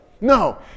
No